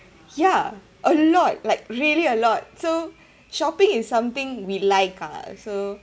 ya a lot like really a lot so shopping is something we like ah so